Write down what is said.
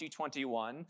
2021